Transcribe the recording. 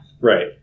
Right